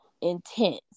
intense